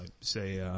say